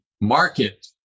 market